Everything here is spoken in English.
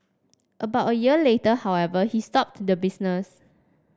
about a year later however he stopped the business